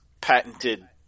patented